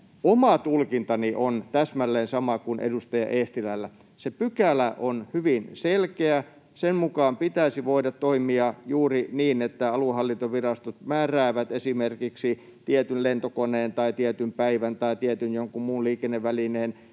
Oma tulkintani on täsmälleen sama kuin edustaja Eestilällä. Se pykälä on hyvin selkeä. Sen mukaan pitäisi voida toimia juuri niin, että aluehallintovirastot määräävät esimerkiksi tietyn lentokoneen tai tietyn päivän tai tietyn jonkun muun liikennevälineen